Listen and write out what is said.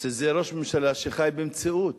שזה ראש ממשלה שחי במציאות?